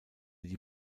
die